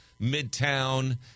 Midtown